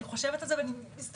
אני חושבת על זה ואני מזדעזעת.